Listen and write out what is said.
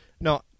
No